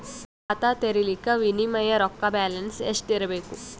ಖಾತಾ ತೇರಿಲಿಕ ಮಿನಿಮಮ ರೊಕ್ಕ ಬ್ಯಾಲೆನ್ಸ್ ಎಷ್ಟ ಇರಬೇಕು?